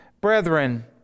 Brethren